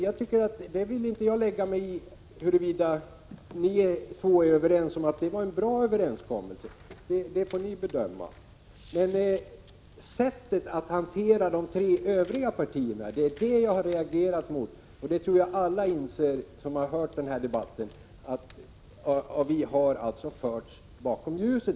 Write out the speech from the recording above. Jag vill inte lägga mig i frågan om huruvida centern och socialdemokraterna är överens om att det var en bra uppgörelse som träffades, utan det får ni själva bedöma. Vad jag har reagerat mot är det sätt på vilket de tre övriga partierna hanterades. Jag tror att alla som har hört den här debatten inser att vi alltså har förts bakom ljuset.